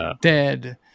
dead